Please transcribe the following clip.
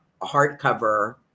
hardcover